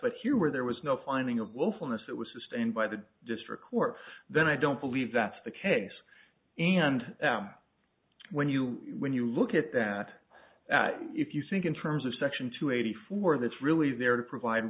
but here where there was no finding of willfulness it was sustained by the district court then i don't believe that's the case and when you when you look at that if you think in terms of section two eighty four that's really there to provide